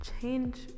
change